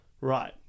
Right